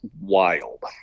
wild